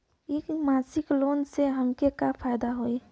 इ मासिक लोन से हमके का फायदा होई?